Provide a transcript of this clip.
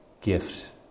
gift